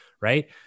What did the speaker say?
right